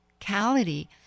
cality